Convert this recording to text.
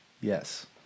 yes